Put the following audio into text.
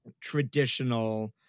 traditional